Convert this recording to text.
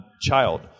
child